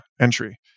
entry